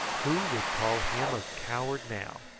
who would call him a coward now!